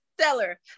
stellar